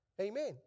Amen